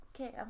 Okay